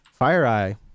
FireEye